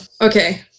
okay